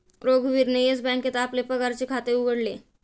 रघुवीरने येस बँकेत आपले पगाराचे खाते उघडले